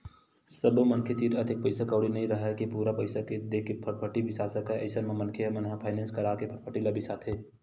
सब्बो मनखे तीर अतेक पइसा कउड़ी नइ राहय के पूरा पइसा देके फटफटी बिसा सकय अइसन म मनखे मन ह फायनेंस करा के फटफटी ल बिसाथे